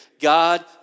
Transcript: God